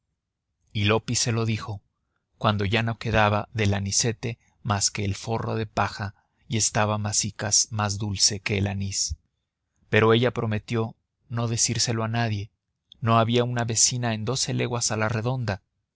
y loppi se lo dijo cuando ya no quedaba del anisete más que el forro de paja y estaba masicas más dulce que el anís pero ella prometió no decírselo a nadie no había una vecina en doce leguas a la redonda